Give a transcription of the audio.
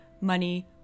money